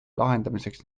lahendamiseks